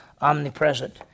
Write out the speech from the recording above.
omnipresent